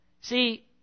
See